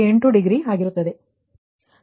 8 degree ಆಗಿರುತ್ತದೆ